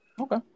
Okay